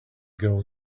girl